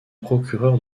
procureur